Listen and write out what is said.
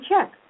check